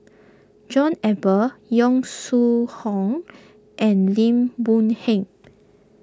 John Eber Yong Shu Hoong and Lim Boon Heng